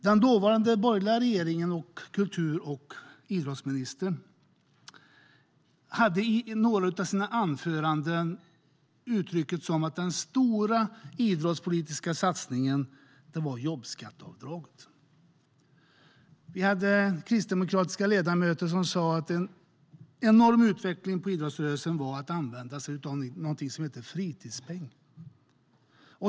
Den dåvarande kultur och idrottsministern i den borgerliga regeringen uttryckte det i några av sina anföranden som att den stora idrottspolitiska satsningen var jobbskatteavdraget. Kristdemokratiska ledamöter sa att en enorm utveckling av idrottsrörelsen var att man kunde använda sig av någonting som hette fritidspeng.